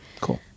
Cool